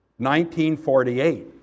1948